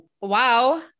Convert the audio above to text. Wow